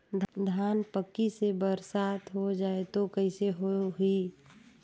धान पक्की से बरसात हो जाय तो कइसे हो ही?